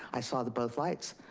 i saw the both lights.